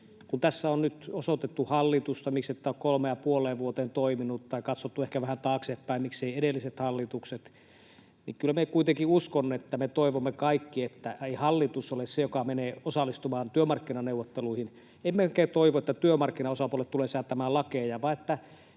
Kun tässä on nyt osoitettu hallitusta, miksi ette ole kolmeen ja puoleen vuoteen toimineet, tai katsottu ehkä vähän taaksepäin, mikseivät edelliset hallitukset, niin kyllä minä kuitenkin uskon, että me toivomme kaikki, että ei hallitus ole se, joka menee osallistumaan työmarkkinaneuvotteluihin. Emmekä toivo, että työmarkkinaosapuolet tulevat säätämään lakeja, vaan me